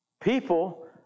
people